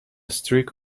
streak